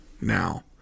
now